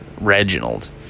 reginald